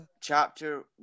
chapter